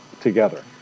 together